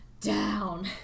down